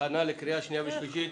הכנה לקריאה שנייה ושלישית.